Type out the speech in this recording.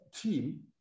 team